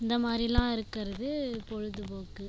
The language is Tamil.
இந்த மாதிரிலா இருக்கிறது பொழுதுபோக்கு